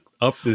up